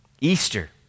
Easter